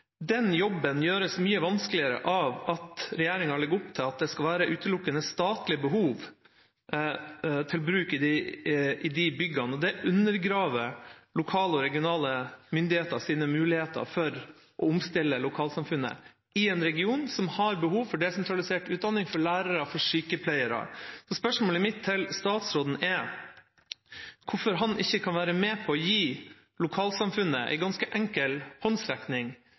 Den jobben gjøres mye vanskeligere ved at regjeringen legger opp til at det utelukkende skal være bruk ut fra statlig behov i de byggene, og det undergraver lokale og regionale myndigheters muligheter for å omstille lokalsamfunnet, i en region som har behov for desentralisert utdanning for lærere og sykepleiere. Spørsmålet mitt til statsråden er hvorfor han ikke kan være med på å gi lokalsamfunnet en ganske enkel håndsrekning